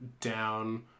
down